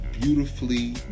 beautifully